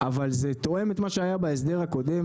אבל זה תואם את מה שהיה בהסדר הקודם,